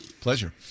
Pleasure